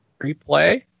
replay